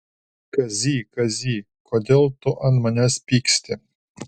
kazy kazy kodėl tu ant manęs pyksti